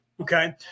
Okay